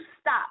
stop